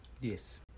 yes